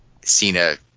cena